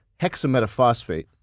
hexametaphosphate